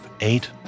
eight